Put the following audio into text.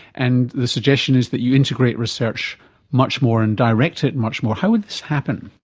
and the suggestion is that you integrate research much more and direct it much more. how would this happen?